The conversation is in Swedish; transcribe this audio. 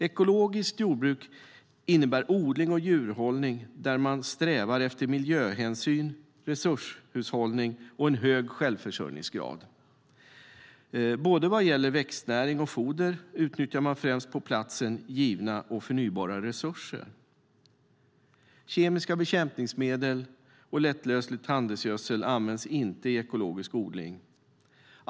Ekologiskt jordbruk innebär odling och djurhållning där man strävar efter miljöhänsyn, resurshushållning och en hög självförsörjningsgrad. Både vad gäller växtnäring och foder utnyttjar man främst på platsen givna och förnybara resurser. Kemiska bekämpningsmedel och lättlöslig handelsgödsel används inte i ekologisk odling.